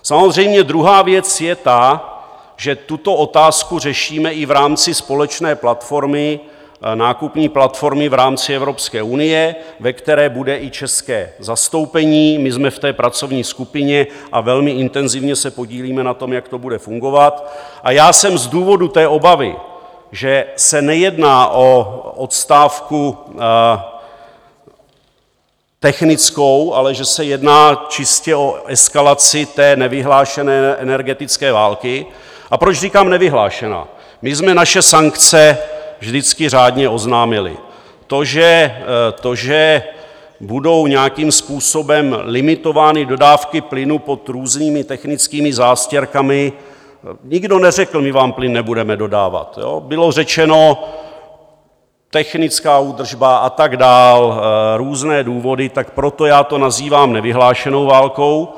Samozřejmě druhá věc je ta, že tuto otázku řešíme i v rámci společné platformy, nákupní platformy v rámci Evropské unie, ve které bude i české zastoupení, my jsme v té pracovní skupině a velmi intenzivně se podílíme na tom, jak to bude fungovat, a já jsem z důvodu obavy, že se nejedná o odstávku technickou, ale že se jedná čistě o eskalaci nevyhlášené energetické války a proč říkám nevyhlášená: my jsme naše sankce vždycky řádně oznámili, to, že budou nějakým způsobem limitovány dodávky plynu pod různými technickými zástěrkami, nikdo neřekl: My vám plyn nebudeme dodávat, bylo řečeno: Technická údržba a tak dále, různé důvody, tak proto já to nazývám nevyhlášenou válkou.